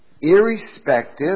irrespective